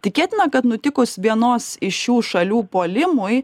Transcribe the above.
tikėtina kad nutikus vienos iš šių šalių puolimui